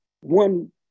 one